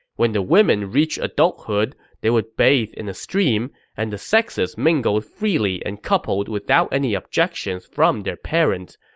when the women reached adulthood, they would bathe in a stream, and the sexes mingled freely and coupled without any objections from their parents.